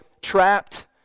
trapped